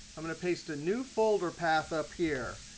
i'm going to paste a new folder path up here.